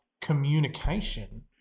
communication